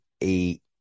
eight